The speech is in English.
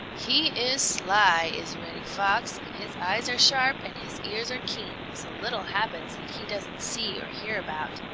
he is sly, is reddy fox, and his eyes are sharp and his ears are keen, so little happens that he doesn't see or hear about.